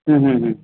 ಹ್ಞೂ ಹ್ಞೂ ಹ್ಞೂ